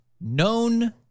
Known